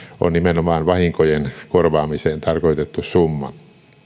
on nimenomaan vahinkojen korvaamiseen tarkoitettu summa